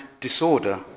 disorder